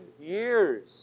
years